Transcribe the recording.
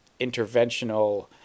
interventional